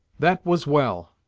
that was well!